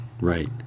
Right